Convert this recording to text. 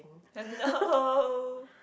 no